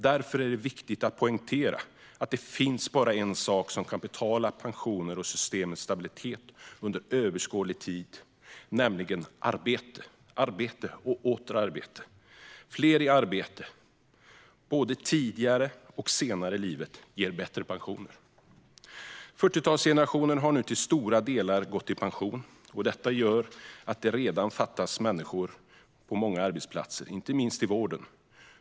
Det är viktigt att poängtera att det bara finns en sak som kan betala pensioner och ge systemet stabilitet under överskådlig tid, nämligen arbete, arbete och åter arbete. Fler i arbete både tidigare och senare i livet ger bättre pensioner. 40-talsgenerationen har nu till stora delar gått i pension. Detta gör att det redan fattas människor på många arbetsplatser, inte minst i vården.